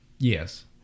Yes